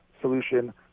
solution